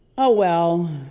oh well,